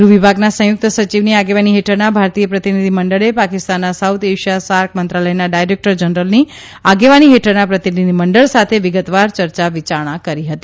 ગૃહવિભાગના સંયુકત સચિવની આગેવાની હેઠળના ભારતીય પ્રતિનિધિમંડળે પાકિસ્તાનના સાઉથ એશિયા સાર્ક મંત્રાલયના ડાયરેકટર જનરલની આગેવાની હેઠળના પ્રતિનિધિમંડળ સાથે વિગતવાર ચર્ચા વિચારણા કરી હતી